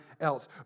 else